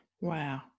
Wow